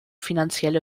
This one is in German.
finanzielle